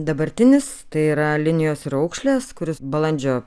dabartinis tai yra linijos raukšlės kuris balandžio